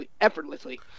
effortlessly